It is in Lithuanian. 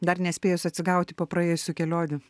dar nespėjus atsigauti po praėjusių kelionių